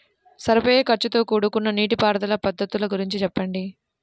సరిపోయే ఖర్చుతో కూడుకున్న నీటిపారుదల పద్ధతుల గురించి చెప్పండి?